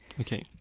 Okay